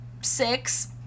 six